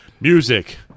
Music